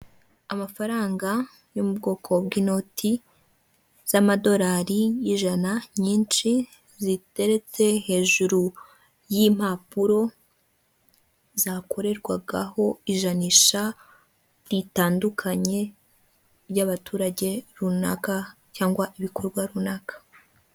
Amafaranga yo mu bwoko bw'inoti z'amadolari y'ijana nyinshi zitereretse hejuru y'impapuro zakorerwagaho ijanisha ritandukanye ry'abaturage runaka cyangwa ibikorwa runaka.